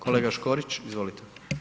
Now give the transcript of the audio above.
Kolega Škorić, izvolite.